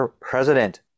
president